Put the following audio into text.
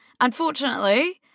Unfortunately